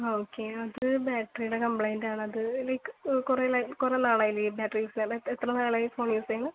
ആ ഓക്കെ അത് ബാറ്ററിയുടെ കംപ്ലൈൻറ് ആണത് ലൈക്ക് കുറേ ലൈക്ക് കുറേ നാളായില്ലേ ഈ ബാറ്ററി യൂസ് ചെയ്യാറായിട്ട് എത്ര നാളായി ഫോൺ യൂസ് ചെയ്യുന്നു